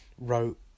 wrote